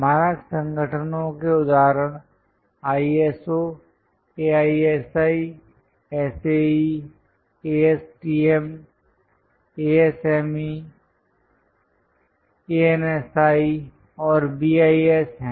मानक संगठनों के उदाहरण ISO AISI SAE ASTM ASME ANSI और बीआईएस हैं